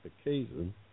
occasion